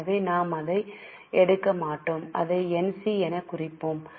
எனவே நாம் அதை எடுக்க மாட்டோம் அதை NC எனக் குறிப்போம்